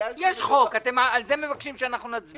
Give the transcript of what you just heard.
יש חוק, ואתם מבקשים שעליו נצביע.